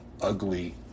ugly